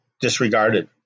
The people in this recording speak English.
disregarded